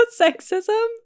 sexism